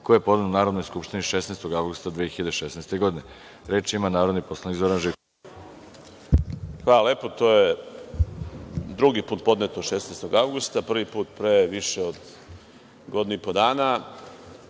koji je podneo Narodnoj skupštini 16. avgusta 2016. godine. Reč ima narodni poslanik Zoran Živković. **Zoran Živković** Hvala lepo. To je drugi put podneto 16. avgusta, a prvi put pre više od godinu i po dana.